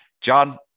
John